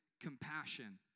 compassion